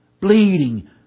bleeding